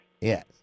Yes